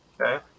Okay